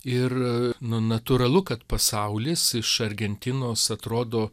ir na natūralu kad pasaulis iš argentinos atrodo